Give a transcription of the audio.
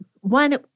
One